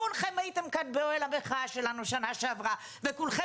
כולכם הייתם כאן באוהל המחאה שלנו שנה שעברה וכולכם